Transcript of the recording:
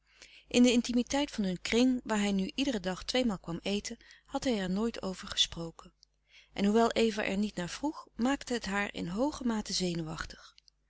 in de intimiteit van hun kring waar hij nu iederen dag tweemaal kwam eten had hij er nooit over gesproken en hoewel eva er niet naar vroeg maakte het haar in hooge mate zenuwachtig